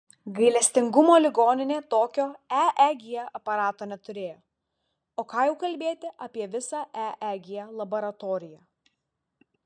gailestingumo ligoninė tokio eeg aparato neturėjo o ką jau kalbėti apie visą eeg laboratoriją